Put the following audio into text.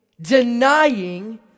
denying